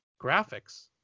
graphics